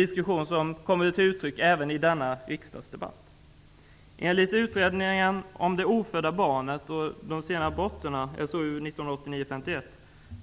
Detta är något som kommer till uttryck också i denna riksdagsdebatt. Av Utredningen om det ofödda barnet och de sena aborterna, SOU 1989:51,